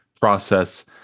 process